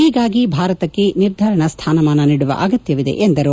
ಹೀಗಾಗಿ ಭಾರತಕ್ಕೆ ನಿರ್ಧರಣಾ ಸ್ಥಾನಮಾನ ನೀಡುವ ಅಗತ್ವವಿದೆ ಎಂದರು